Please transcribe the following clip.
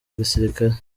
gisirikare